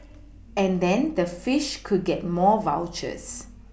and then the fish could get more vouchers